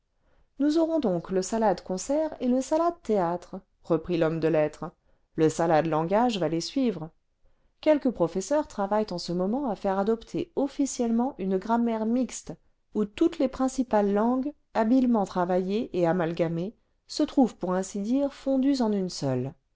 nous aurons donc le salade concert et le salade théâtre reprit l'homme cle lettres le sajade langage va les suivre quelques professeurs travaillent en ce moment à faire adopter officiellement une grammaire mixte où toutes les principales langues habilement travaillées et amalgamées se trouvent pour ainsi dire fondues en une seule